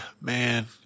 man